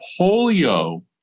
polio